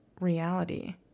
reality